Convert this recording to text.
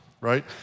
right